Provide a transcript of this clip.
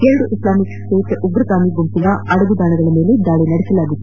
ಎರಡು Islamic State ಉಗ್ರಗಾಮಿ ಗುಂಪಿನ ಅಡಗುತಾಣದ ಮೇಲೆ ದಾಳಿ ನಡೆಸಲಾಗಿತ್ತು